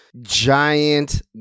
giant